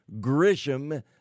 Grisham